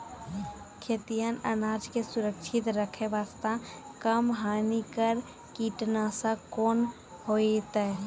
खैहियन अनाज के सुरक्षित रखे बास्ते, कम हानिकर कीटनासक कोंन होइतै?